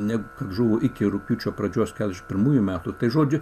negu žuvo iki rugpjūčio pradžios iš pirmųjų metų tai žodžiu